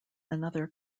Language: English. another